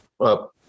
up